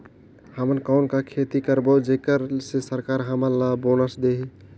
हमन कौन का खेती करबो जेकर से सरकार हमन ला बोनस देही?